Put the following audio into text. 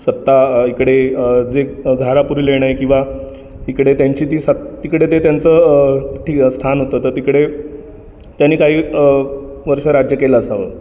सत्ता इकडे जे घारापुरी लेणं आहे किंवा इकडे त्यांची ती सत तिकडे ते त्यांचं ठि स्थान होतं तर तिकडे त्यांनी काही वर्षं राज्य केलं असावं